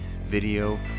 video